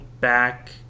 back